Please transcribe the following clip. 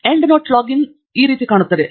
end note log in note ರೀತಿ ಕಾಣುತ್ತದೆ